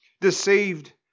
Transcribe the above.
deceived